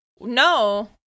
No